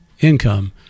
income